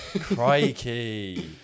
Crikey